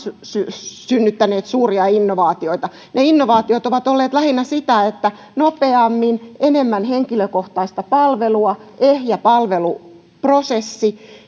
synnyttäneet suuria innovaatioita ne innovaatiot ovat olleet lähinnä sitä että nopeammin enemmän henkilökohtaista palvelua ehjä palveluprosessi